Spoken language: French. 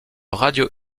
radio